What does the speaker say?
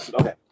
okay